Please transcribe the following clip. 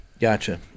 gotcha